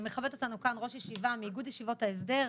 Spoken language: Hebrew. ראש ישיבה מאיגוד ישיבות ההסדר,